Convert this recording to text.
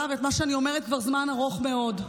ואת מה שאני אומרת כבר זמן ארוך מאוד: